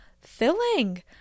filling